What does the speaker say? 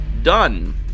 Done